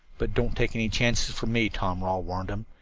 but don't take any chances for me, tom rawle warned him.